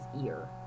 ear